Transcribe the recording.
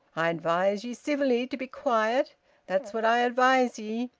i advise ye civilly to be quiet that's what i advise ye.